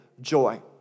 joy